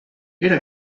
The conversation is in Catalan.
era